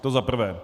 To za prvé.